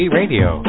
Radio